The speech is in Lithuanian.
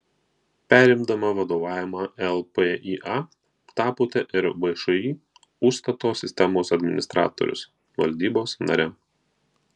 perimdama vadovavimą lpįa tapote ir všį užstato sistemos administratorius valdybos nare